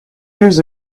years